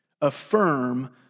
affirm